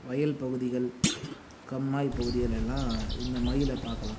வயல் பகுதிகள் கம்மாய் பகுதியிலெல்லாம் இந்த மயிலை பார்க்கலாம்